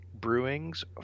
Brewings